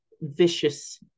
vicious